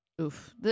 oof